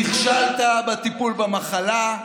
נכשלת בטיפול במחלה,